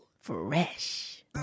Fresh